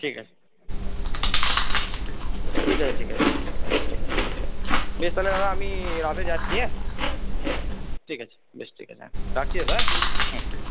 ঠিক আছে ঠিক আছে ঠিক আছে ঠিক আছে ঠিক আছে বেশ বেশ তাহলে দাদা আমি রাতে যাচ্ছি হ্যাঁ ঠিক আছে বেশ ঠিক আছে হ্যাঁ রাখছি দাদা হ্যাঁ হুম হুম